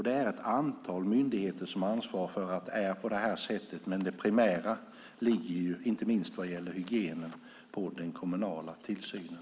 Det är ett antal myndigheter som har ansvar för att det är på det sättet. Men det primära ansvaret, inte minst vad gäller hygienen, har den kommunala tillsynen.